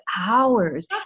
hours